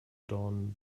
dornen